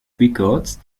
records